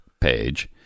page